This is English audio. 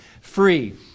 free